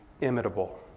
imitable